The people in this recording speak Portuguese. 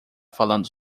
falando